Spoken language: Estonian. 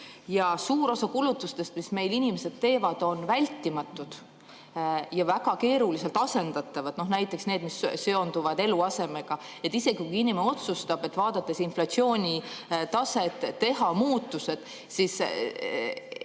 ja suur osa kulutustest, mis meil inimesed teevad, on vältimatud ja väga keeruliselt asendatavad. Näiteks need, mis seonduvad eluasemega. Isegi kui inimene otsustab, vaadates inflatsioonitaset, teha muutused, siis eluaseme